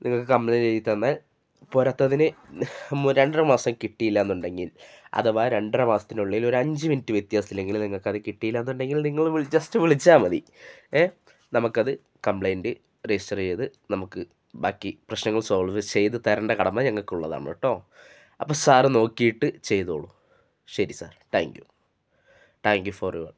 നിങ്ങൾക്ക് കംപ്ലെയിൻറ്റ് എഴുതി തന്നാൽ പോരാത്തതിന് രണ്ടര മാസം കിട്ടിയില്ലയെന്നുണ്ടെങ്കിൽ അഥവാ രണ്ടര മാസത്തിനുള്ളിൽ ഒരഞ്ച് മിനിറ്റ് വ്യത്യാസമല്ലെങ്കിൽ നിങ്ങൾക്കത് കിട്ടിയില്ലയെന്നുണ്ടെങ്കിൽ നിങ്ങൾ വി ജസ്റ്റ് വിളിച്ചാൽ മതി ഏ നമുക്കത് കംപ്ലെയിൻ്റ് രജിസ്റ്റർ ചെയ്ത് നമുക്ക് ബാക്കി പ്രശ്നങ്ങൾ സോൾവ് ചെയ്തു തരേണ്ട കടമ ഞങ്ങൾക്കുള്ളതാണ് കേട്ടോ അപ്പം സാറ് നോക്കിയിട്ട് ചെയ്തോളൂ ശരി sir thank you thank you for your